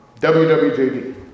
WWJD